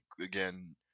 again